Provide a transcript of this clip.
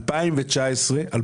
2020-2019,